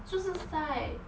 就是在